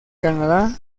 canadá